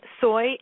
soy